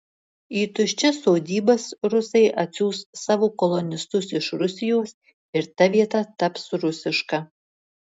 į tuščias sodybas rusai atsiųs savo kolonistus iš rusijos ir ta vieta taps rusiška